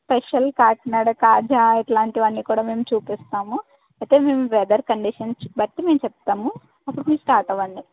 special Kakinada kaja ఇలాంటివి అన్నీ కూడా మేము చూపిస్తాము అయితే మేము వెదర్ కండిషన్స్ బట్టి మేము చెప్తాము అప్పుడు మీరు స్టార్ట్ అవ్వండి